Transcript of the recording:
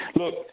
Look